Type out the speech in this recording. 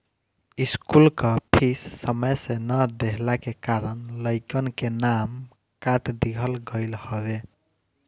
school कअ fees समय से ना देहला के कारण लइकन के नाम काट दिहल गईल हवे